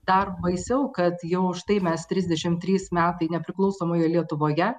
dar baisiau kad jau už tai mes trisdešim trys metai nepriklausomoje lietuvoje